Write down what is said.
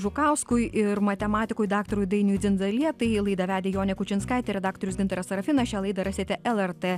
žukauskui ir matematikui daktarui dainiui dzindzalietai laidą vedė jonė kučinskaitė redaktorius gintaras sarafinas šią laidą rasite lrt